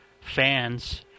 fans